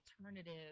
alternative